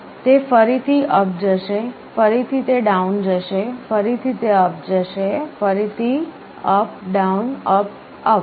તે ફરીથી અપ જશે ફરીથી તે ડાઉન જશે ફરીથી તે અપ જશે ફરીથી અપ ડાઉન અપ અપ